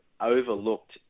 overlooked